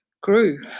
grew